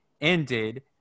ended